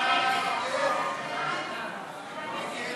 ההצעה